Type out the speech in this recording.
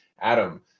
Adam